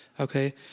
Okay